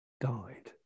died